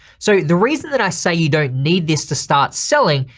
so the reason that i say you don't need this to start selling,